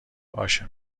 باشه